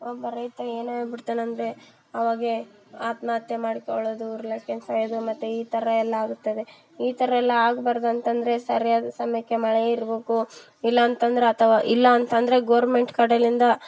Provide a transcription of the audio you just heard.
ಒಬ್ಬ ರೈತ ಏನಾಗ್ಬಿಡ್ತಾನಂದ್ರೆ ಅವಾಗ ಆತ್ಮಹತ್ಯೆ ಮಾಡಿಕೊಳ್ಳೋದು ಮತ್ತು ಈ ಥರ ಎಲ್ಲ ಆಗುತ್ತದೆ ಈ ಥರ ಎಲ್ಲ ಆಗಬಾರ್ದು ಅಂತಂದರೆ ಸರಿಯಾದ ಸಮಯಕ್ಕೆ ಮಳೆ ಇರ್ಬೇಕು ಇಲ್ಲ ಅಂತಂದ್ರೆ ಅಥವಾ ಇಲ್ಲ ಅಂತಂದರೆ ಗೌರ್ಮೆಂಟ್ ಕಡೆಯಿಂದ